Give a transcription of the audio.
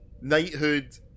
knighthood